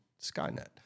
Skynet